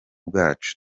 bwacu